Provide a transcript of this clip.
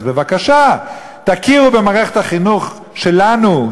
אז בבקשה: תכירו במערכת החינוך שלנו,